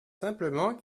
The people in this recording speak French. simplement